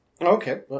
Okay